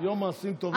מה זה יום מעשים טובים?